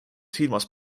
silmas